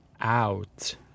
out